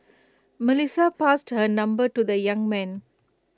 Melissa passed her number to the young man